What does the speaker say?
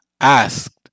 asked